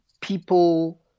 people